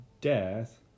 death